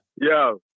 Yo